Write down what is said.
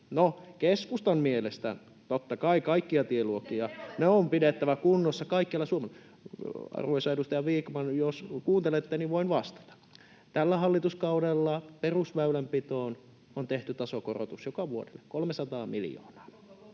Suomessa. [Sofia Vikman: Mitä te olette tehneet?] — Arvoisa edustaja Vikman, jos kuuntelette, voin vastata. — Tällä hallituskaudella perusväylänpitoon on tehty tasokorotus joka vuodelle, 300 miljoonaa.